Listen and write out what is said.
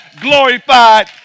glorified